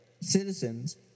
citizens